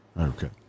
Okay